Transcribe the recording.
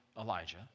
Elijah